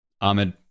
Ahmed